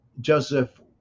Joseph